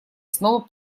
снова